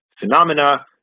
phenomena